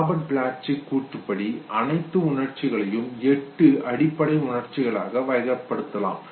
Robert ப்ளட்சிக்கின் கூற்றுப்படி அனைத்து உணர்ச்சிகளையும் எட்டு அடிப்படை உணர்ச்சிகளாக வகைப்படுத்தலாம்